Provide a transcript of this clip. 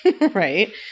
right